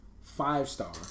five-star